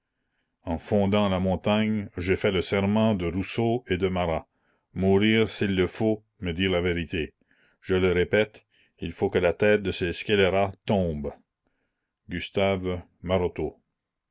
en fondant la montagne j'ai fait le serment de rousseau et de marat mourir s'il le faut mais dire la vérité je le répète il faut que la tête de ces scélérats tombe